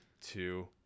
two